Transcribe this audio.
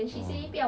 oh